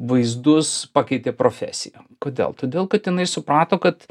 vaizdus pakeitė profesiją kodėl todėl kad jinai suprato kad